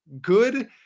good